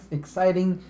exciting